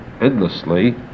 endlessly